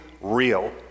real